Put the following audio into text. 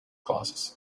classes